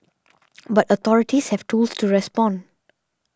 but authorities have tools to respond